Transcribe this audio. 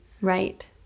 right